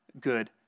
good